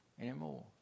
anymore